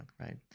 right